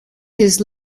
his